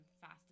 fast